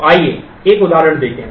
तो आइए एक उदाहरण देखें